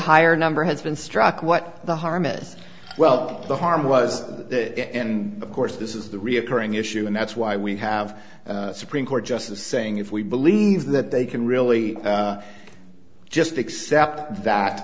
higher number has been struck what the harm is well the harm was and of course this is the reoccurring issue and that's why we have a supreme court justice saying if we believe that they can really just accept that